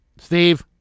Steve